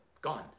gone